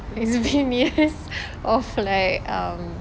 is been years of like um